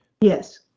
Yes